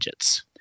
widgets